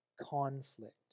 Conflict